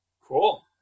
Cool